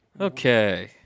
Okay